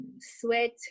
sweat